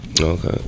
okay